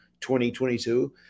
2022